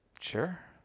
sure